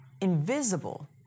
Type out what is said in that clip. invisible